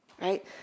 right